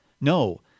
No